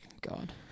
God